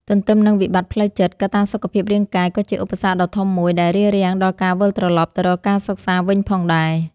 ទន្ទឹមនឹងវិបត្តិផ្លូវចិត្ត កត្តាសុខភាពរាងកាយក៏ជាឧបសគ្គដ៏ធំមួយដែលរារាំងដល់ការវិលត្រឡប់ទៅរកការសិក្សាវិញផងដែរ។